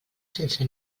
sense